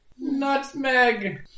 nutmeg